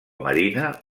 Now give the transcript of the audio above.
marina